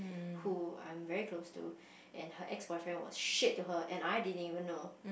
who I'm very close to and her ex boyfriend was shit to her and I didn't even know